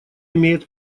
имеет